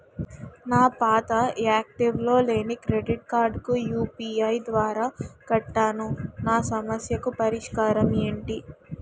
నా పాత యాక్టివ్ లో లేని క్రెడిట్ కార్డుకు యు.పి.ఐ ద్వారా కట్టాను నా సమస్యకు పరిష్కారం ఎంటి?